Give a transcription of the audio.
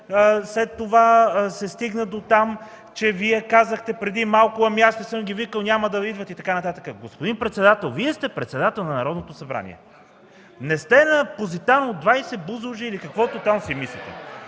След това се стигна до там, че Вие казахте преди малко: „Ами, аз не съм ги викал. Няма да идват” и така нататък. Господин председател, Вие сте Председател на Народното събрание! Не сте на „Позитано” 20, нито на Бузлуджа, или каквото там си мислите!